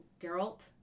Geralt